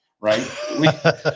right